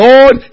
Lord